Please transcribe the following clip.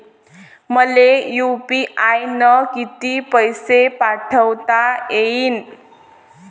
मले यू.पी.आय न किती पैसा पाठवता येईन?